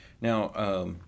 Now